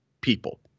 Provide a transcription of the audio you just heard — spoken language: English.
people